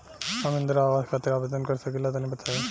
हम इंद्रा आवास खातिर आवेदन कर सकिला तनि बताई?